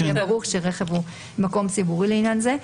שיהיה ברור שרכב הוא מקום פומבי לעניין הזה.